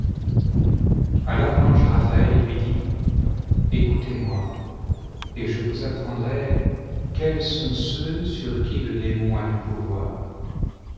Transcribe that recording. alors l'ange raphaël lui dit écoutez-moi et je vous apprendrai quels sont ceux sur qui le démon a du pouvoir